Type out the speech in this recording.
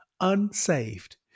unsaved